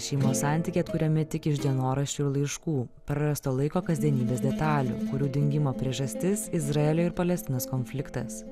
šeimos santykiai atkuriami tik iš dienoraščių ir laiškų prarasto laiko kasdienybės detalių kurių dingimo priežastis izraelio ir palestinos konfliktas